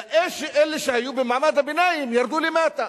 אלא אלה שהיו במעמד הביניים ירדו למטה.